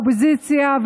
אופוזיציה,